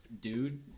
Dude